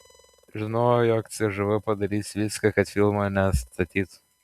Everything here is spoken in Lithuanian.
žinojau jog cžv padarys viską kad filmo nestatytų